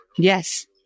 Yes